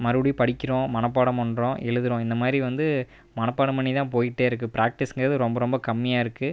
மறுபடியும் படிக்கிறோம் மனப்பாடம் பண்ணுறோம் எழுதுகிறோம் இந்த மாதிரி வந்து மனப்பாடம் பண்ணி தான் போய்ட்டே இருக்குது ப்ராக்டிஸ்ஸுங்கிறது ரொம்ப ரொம்ப கம்மியாக இருக்குது